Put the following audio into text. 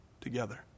together